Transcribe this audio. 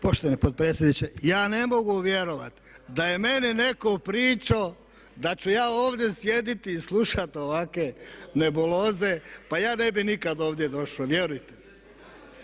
Poštovani potpredsjedniče, ja ne mogu vjerovat da je meni netko pričo da ću ja ovdje sjediti i slušat ovake nebuloze, pa ja ne bih nikad ovdje došo, vjerujte mi.